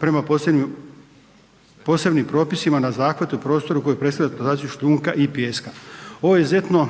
prema posebnim propisima na zahvatu i prostoru kojeg predstavlja eksploataciju šljunka i pijeska. Ovo je izuzetno,